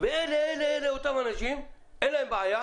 ואלה הם אותם אנשים שאין להם בעיה